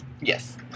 Yes